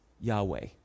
Yahweh